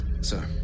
sir